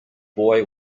boy